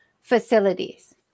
facilities